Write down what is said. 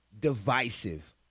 divisive